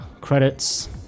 credits